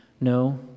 No